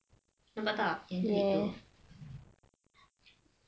nampak tak yang green tu